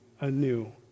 anew